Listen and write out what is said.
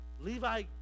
Levi